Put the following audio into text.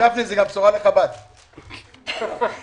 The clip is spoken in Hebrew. הישיבה ננעלה בשעה 13:25.